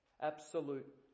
Absolute